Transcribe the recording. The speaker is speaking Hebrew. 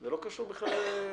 זה לא קשור בכלל לבנק.